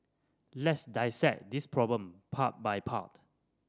let's dissect this problem part by part